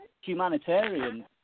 humanitarian